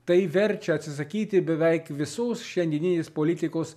tai verčia atsisakyti beveik visos šiandieninės politikos